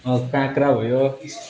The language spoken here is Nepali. काँक्रा भयो